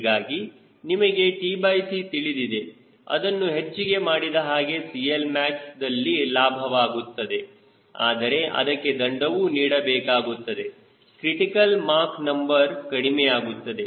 ಹೀಗಾಗಿ ನಿಮಗೆ tc ತಿಳಿದಿದೆ ಅದನ್ನು ಹೆಚ್ಚಿಗೆ ಮಾಡಿದಾಗ CLmax ದಲ್ಲಿ ಲಾಭವಾಗುತ್ತದೆ ಆದರೆ ಅದಕ್ಕೆ ದಂಡವು ನೀಡಬೇಕಾಗುತ್ತದೆ ಕ್ರಿಟಿಕಲ್ ಮಾಕ್ ನಂಬರ್ ಕಡಿಮೆಯಾಗುತ್ತದೆ